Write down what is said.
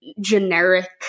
generic